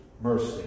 mercy